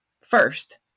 first